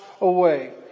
away